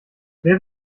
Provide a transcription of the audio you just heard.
wer